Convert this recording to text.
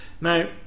now